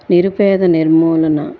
నిరుపేద నిర్మూలన